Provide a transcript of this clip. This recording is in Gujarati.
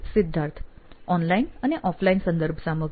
સિદ્ધાર્થ ઓનલાઇન અને ઓફલાઇન સંદર્ભ સામગ્રી